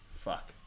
fuck